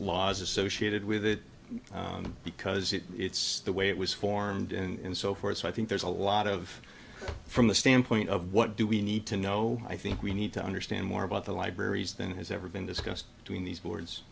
laws associated with it because it's the way it was formed and so forth so i think there's a lot of from the standpoint of what do we need to know i think we need to understand more about the libraries than has ever been discussed between these boards